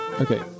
Okay